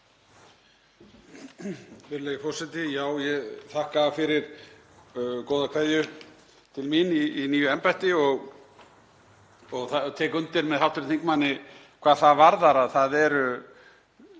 Virðulegi forseti. Ég þakka fyrir góðar kveðju til mín í nýju embætti og ég tek undir með hv. þingmanni hvað það varðar að það eru